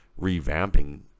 revamping